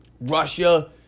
Russia